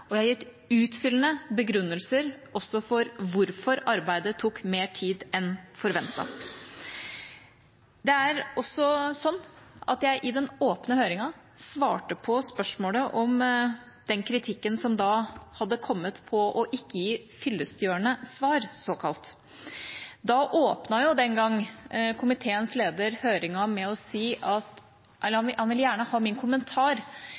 og jeg har gitt utfyllende begrunnelser for hvorfor arbeidet tok mer tid enn forventet. Det er også sånn at jeg i den åpne høringen svarte på spørsmålet om den kritikken som da hadde kommet om ikke å gi såkalt fyllestgjørende svar. Den gang åpnet komiteens leder høringen med å si at han gjerne ville ha min kommentar